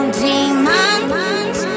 demons